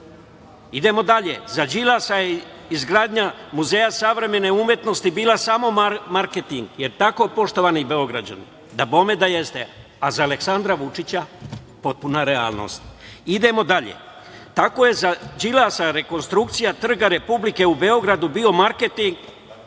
Patak. Idemo dalje, za Đilasa je izgradnja Muzeja savremene umetnosti bio samo marketing, da li je tako poštovani Beograđani? Dabome da jeste, a za Aleksandra Vučića potpuna realnost. Idemo dalje, tako je za Đilasa rekonstrukcija Trga Republike u Beogradu bio marketing,